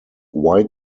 white